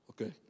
Okay